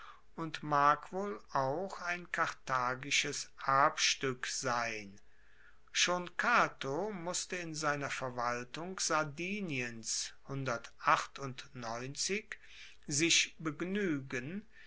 und mag wohl auch ein karthagisches erbstueck sein schon cato musste in seiner verwaltung sardiniens sich begnuegen